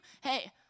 hey